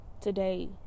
today